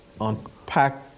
unpack